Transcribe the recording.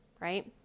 Right